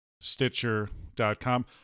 stitcher.com